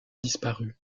disparu